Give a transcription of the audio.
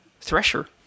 thresher